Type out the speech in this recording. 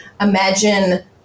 Imagine